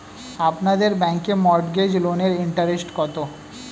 আপনাদের ব্যাংকে মর্টগেজ লোনের ইন্টারেস্ট কত?